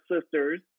sisters